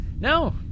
No